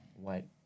white